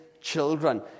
children